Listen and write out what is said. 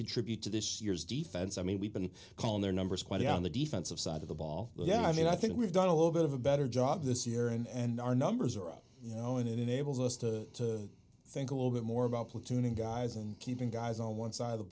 contribute to this year's defense i mean we've been calling their numbers quite on the defensive side of the ball well yeah i mean i think we've done a little bit of a better job this year and our numbers are up you know and it enables us to think a little bit more about platooning guys and keeping guys on one side of the